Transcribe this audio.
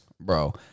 bro